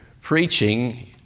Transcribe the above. preaching